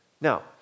Now